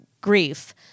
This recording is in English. grief